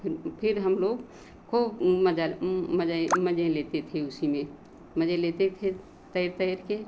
फ़िर फ़िर हम लोग खूब मज़ा मज़ा इ मज़े लेते थे उसी में मज़े लेते थे तैर तैरकर